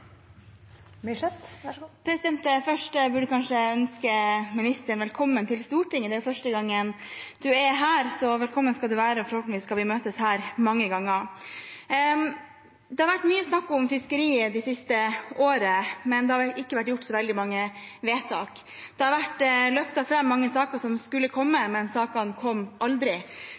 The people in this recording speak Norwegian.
Først burde jeg kanskje ønske ministeren velkommen til Stortinget. Det er første gang han er her, så velkommen skal han være, og forhåpentligvis vil vi møtes her mange ganger. Det har vært mye snakk om fiskeri det siste året, men det har ikke blitt gjort så veldig mange vedtak. Det har blitt løftet fram mange saker som skulle komme, men sakene kom aldri